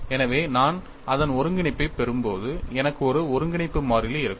எனவே நான் அதன் ஒருங்கிணைப்பைப் பெறும்போது எனக்கு ஒரு ஒருங்கிணைப்பு மாறிலி இருக்கும்